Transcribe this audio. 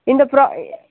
இந்த ப்ரா